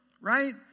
Right